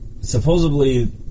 Supposedly